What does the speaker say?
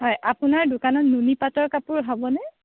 হয় আপোনাৰ দোকানত নুনি পাটৰ কাপোৰ হ'বনে